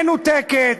מנותקת.